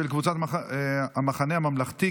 של המחנה הממלכתי,